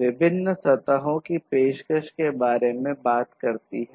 विभिन्न सतहों की पेशकश के बारे में बात करती है